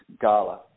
gala